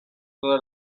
todas